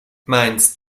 meinst